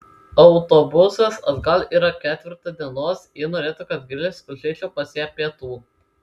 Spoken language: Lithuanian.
autobusas atgal yra ketvirtą dienos ji norėtų kad grįžęs užeičiau pas ją pietų